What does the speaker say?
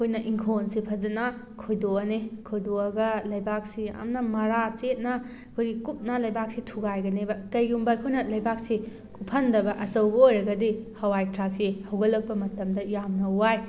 ꯑꯩꯈꯣꯏꯅ ꯏꯪꯈꯣꯜꯁꯦ ꯐꯖꯅ ꯈꯣꯏꯗꯣꯛꯑꯅꯤ ꯈꯣꯏꯗꯣꯛꯑꯒ ꯂꯩꯕꯥꯛꯁꯤ ꯌꯥꯝꯅ ꯃꯔꯥ ꯆꯦꯠꯅ ꯑꯩꯈꯣꯏꯒꯤ ꯀꯨꯞꯅ ꯂꯩꯕꯥꯛꯁꯦ ꯊꯨꯒꯥꯏꯒꯅꯦꯕ ꯀꯩꯒꯨꯝꯕ ꯑꯩꯈꯣꯏꯅ ꯂꯩꯕꯥꯛꯁꯦ ꯀꯨꯞꯐꯟꯗꯕ ꯑꯆꯧꯕ ꯑꯣꯏꯔꯒꯗꯤ ꯍꯋꯥꯏ ꯊꯔꯥꯛꯁꯦ ꯍꯧꯒꯠꯂꯛꯄ ꯃꯇꯝꯗ ꯌꯥꯝꯅ ꯋꯥꯏ